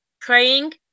Praying